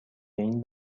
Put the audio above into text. این